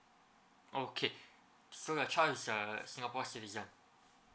okay so your child is a singapore citizen